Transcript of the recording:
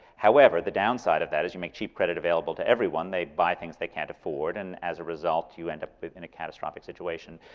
however, the down side of that is you make cheap credit available to everyone, they buy things they can't afford, and as a result, you end up in a catastrophic situation.